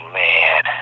man